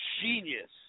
genius